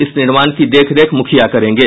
इस निर्माण की देखरेख मूखिया करेंगे